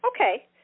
Okay